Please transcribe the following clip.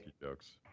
jokes